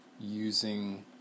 using